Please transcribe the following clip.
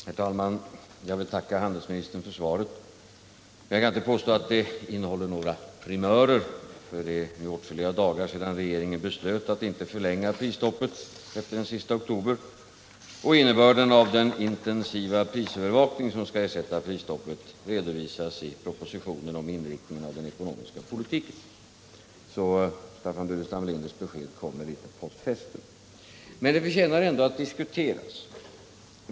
Herr talman! Jag vill tacka handelsministern för svaret. Man kan inte påstå att det innehåller några primörer, för det är nu åtskilliga dagar sedan regeringen beslöt att inte förlänga prisstoppet efter den sista oktober. Och innebörden av den intensiva prisövervakning som skall ersätta prisstoppet redovisas i propositionen om inriktningen av den ekonomiska politiken. Så Staffan Burenstam Linders besked kommer litet post festum. Men det förtjänar ändå att diskuteras.